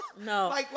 No